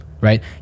right